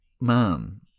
man